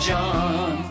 John